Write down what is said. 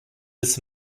des